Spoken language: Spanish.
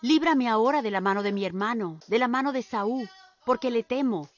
líbrame ahora de la mano de mi hermano de la mano de esaú porque le temo